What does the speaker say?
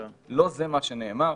לא זה מה שנאמר.